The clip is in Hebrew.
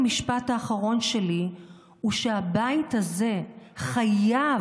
המשפט האחרון שלי הוא שהבית הזה חייב